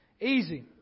Easy